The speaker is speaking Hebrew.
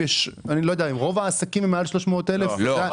אני לא יודע אם רוב העסקים הם מעל 300,000 שקל.